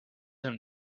him